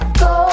go